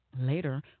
Later